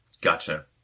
gotcha